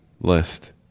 list